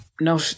No